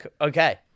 okay